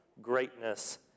greatness